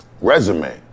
resume